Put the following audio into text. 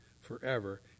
forever